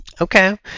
okay